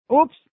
Oops